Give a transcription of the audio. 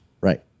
Right